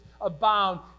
abound